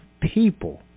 people